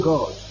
God